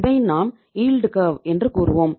இதை நாம் yield curve என்று கூறுவோம்